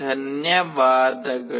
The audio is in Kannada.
ಧನ್ಯವಾದಗಳು